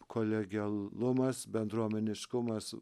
kolegialumas bendruomeniškumas